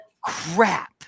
Crap